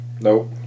Nope